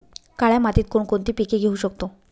काळ्या मातीत कोणकोणती पिके घेऊ शकतो?